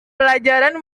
pelajaran